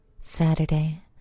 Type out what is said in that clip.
Saturday